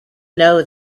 know